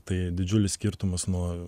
tai didžiulis skirtumas nuo